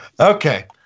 okay